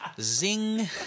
zing